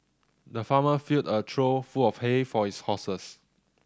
the farmer filled a trough full of hay for his horses